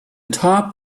top